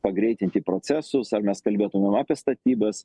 pagreitinti procesus ar mes kalbėtumėme apie statybas